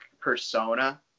persona